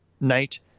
night